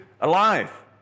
alive